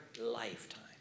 lifetime